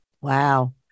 Wow